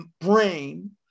brain